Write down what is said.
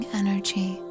energy